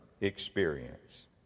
experience